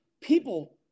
people